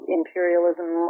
imperialism